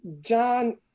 John